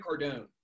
Cardone